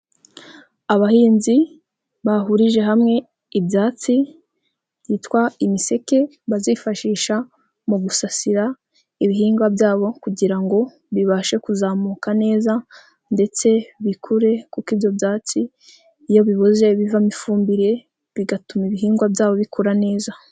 Abahinzi bahurije hamwe ibyatsi byitwa imiseke bazifashisha mu gusasira ibihingwa byabo kugira ngo bibashe kuzamuka neza ndetse bikure kuko ibyo byatsi iyo biboze bivamo ifumbire bigatuma ibihingwa byabo bikura neza.